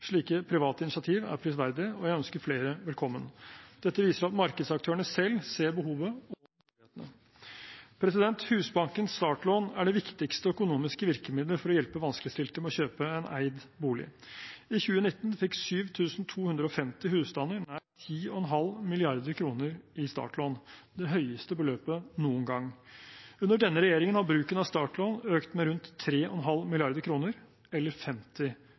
Slike private initiativ er prisverdige, og jeg ønsker flere velkommen. Dette viser at markedsaktørene selv ser behovet og mulighetene. Husbankens startlån er det viktigste økonomiske virkemiddelet for å hjelpe vanskeligstilte med å kjøpe en egen bolig. I 2019 fikk 7 250 husstander nær 10,5 mrd. kr i startlån, det høyeste beløpet noen gang. Under denne regjeringen har bruken av startlån økt med rundt 3,5 mrd. kr, eller 50